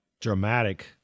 dramatic